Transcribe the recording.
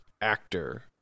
actor